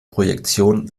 projektion